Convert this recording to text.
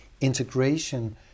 integration